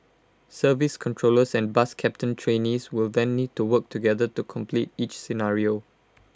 service controllers and bus captain trainees will then need to work together to complete each scenario